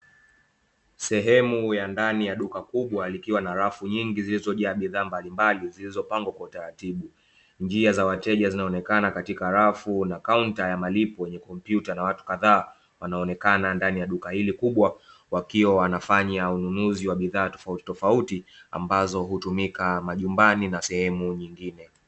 Sehemu ya ndani ya duka kubwa likiwa na rafu nyingi zilizojaa bidhaa mbalimbali zilizopangwa kwa utaratibu, njia za wateja zinaonekana katika rafu na kaunta ya malipo yenye kompyuta na watu kadhaa wanaonekana ndani ya duka hili kubwa wakiwa wanafanya ununuzi wa bidhaa tofauti tofauti ambazo hukumika majumbani na sehemu nyingine.